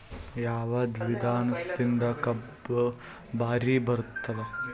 ಯಾವದ ವಿಧಾನದಿಂದ ಕಬ್ಬು ಭಾರಿ ಬರತ್ತಾದ?